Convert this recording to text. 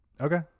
Okay